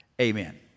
Amen